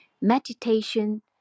meditation